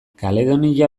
kaledonia